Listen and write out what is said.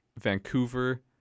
Vancouver